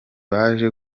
baje